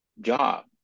job